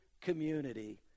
community